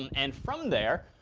and and from there,